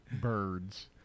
Birds